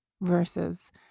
versus